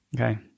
Okay